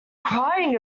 crying